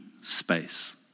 space